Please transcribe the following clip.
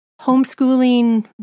homeschooling